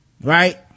Right